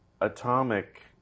atomic